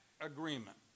agreement